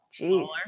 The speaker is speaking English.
Jeez